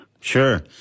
Sure